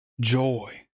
joy